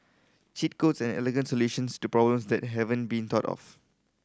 cheat codes are elegant solutions to problems that haven't been thought of